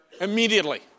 immediately